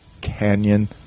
canyon